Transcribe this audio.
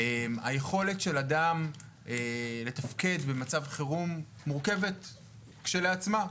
היכולת של אדם לתפקד במצב חירום מורכבת כשלעצמה,